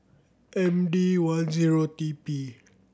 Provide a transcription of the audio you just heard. M D one zero T P